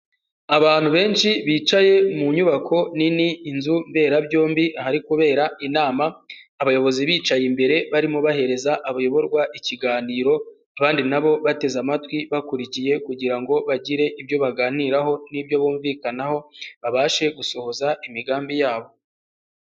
Abantu benshi bicaye mu nyubako nini; inzu mberabyombi, ahari kubera inama, abayobozi bicaye imbere barimo bahereza abayoborwa ikiganiro, abandi nabo bateze amatwi bakurikiye kugira ngo bagire ibyo baganiraho n'ibyo bumvikanaho, babashe gusohoza imigambi yabo.